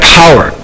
power